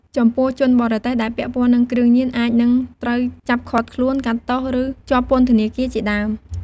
ចំពោះ ជនបរទេសដែលពាក់ព័ន្ធនឹងគ្រឿងញៀនអាចនិងត្រូវចាប់ឃាត់ខ្លួន កាត់ទោស ឬ ជាប់ពន្ធធនាគារជាដើម។